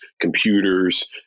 computers